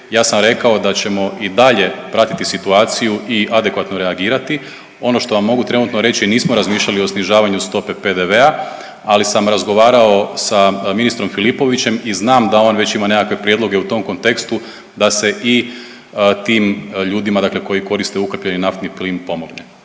Ja sam rekao da ćemo i dalje pratiti situaciju i adekvatno reagirati. Ono što vam mogu trenutno reći nismo razmišljali o snižavanju stope PDV-a, ali sam razgovarao sa ministrom Filipovićem i znam da on već ima nekakve prijedloge u tom kontekstu da se i tim ljudima, dakle koji koriste ukapljeni naftni plin pomogne,